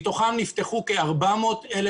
מתוכן נפתחו כ-400,000